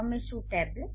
અમે શું ટેબલેટ